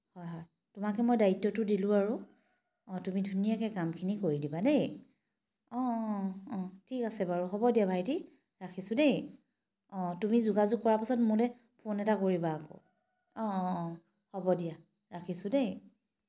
হয় হয় তোমাকে মই দ্বায়িত্বটো দিলোঁ আৰু অঁতুমি ধুনীয়াকে কামখিনি কৰি দিবা দেই অঁ অঁ অঁ ঠিক আছে বাৰু হ'ব দিয়া ভাইটি ৰাখিছো দেই অঁ তুমি যোগাযোগ কৰা পাছত মোলে ফোন এটা কৰিবা আকৌ অঁ অঁ হ'ব দিয়া ৰাখিছোঁ দেই